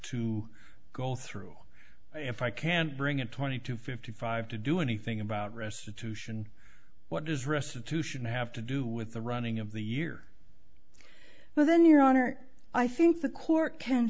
to go through if i can't bring in twenty to fifty five to do anything about restitution what does restitution have to do with the running of the year well then your honor i think the court can